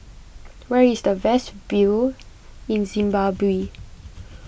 where is the best view in Zimbabwe